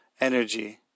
energy